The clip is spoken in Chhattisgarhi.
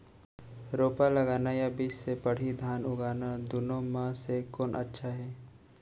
रोपा लगाना या बीज से पड़ही धान उगाना दुनो म से कोन अच्छा हे?